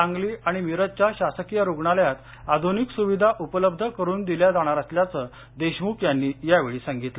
सांगली आणि मिरजच्या शासकीय रुग्णालयात आधुनिक सुविधा उपलब्ध करून दिल्या जाणार असल्याच देशमुख यांनी यावेळी सांगितलं